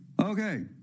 Okay